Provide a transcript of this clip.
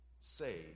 say